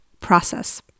process